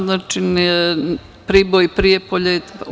Znači, Priboj, Prijepolje.